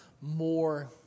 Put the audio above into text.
more